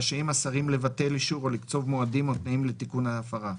רשאים השרים לבטל את האישור או לקצוב מועדים ותנאים לתיקון ההפרה,